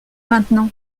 maintenant